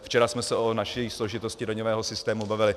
Včera jsme se o naší složitosti daňového systému bavili.